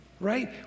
right